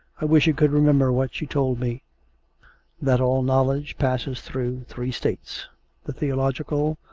i wish i could remember what she told me that all knowledge passes through three states the theological,